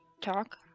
talk